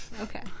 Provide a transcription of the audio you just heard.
Okay